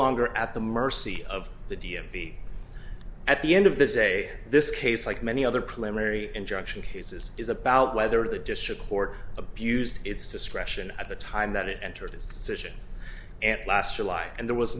longer at the mercy of the d m v at the end of the say this case like many other plenary injunction cases is about whether the district court abused its discretion at the time that it entered decision and last july and there was